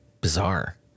bizarre